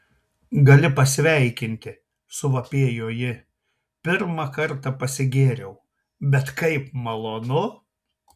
gali pasveikinti suvapėjo ji pirmą kartą pasigėriau bet kaip malonu